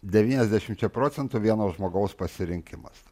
devyniasdešimčia procentų vieno žmogaus pasirinkimas